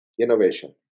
innovation